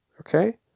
okay